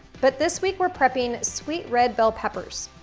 but, this week, we're prepping sweet red bell peppers.